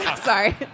Sorry